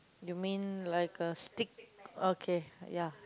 you mean like a stick okay ya